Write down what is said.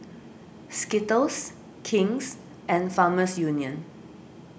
Skittles King's and Farmers Union